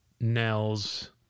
Nels